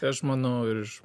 aš manau ir iš